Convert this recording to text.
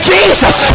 Jesus